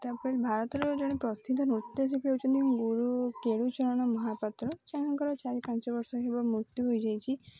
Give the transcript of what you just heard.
ତା'ପରେ ଭାରତର ଜଣେ ପ୍ରସିଦ୍ଧ ନୃତ୍ୟଶିଳ୍ପୀ ହେଉଛନ୍ତି ଗୁରୁ କେଳୁଚରଣ ମହାପାତ୍ର ଯାହାଙ୍କର ଚାରି ପାଞ୍ଚ ବର୍ଷ ହେବ ମୃତ୍ୟୁ ହୋଇଯାଇଛି